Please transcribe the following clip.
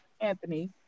Anthony